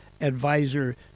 advisor